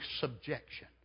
subjection